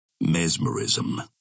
Mesmerism